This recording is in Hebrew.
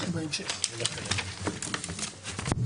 הישיבה ננעלה בשעה 12:22.